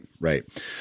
Right